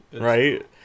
right